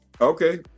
Okay